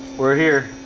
we're here